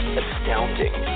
astounding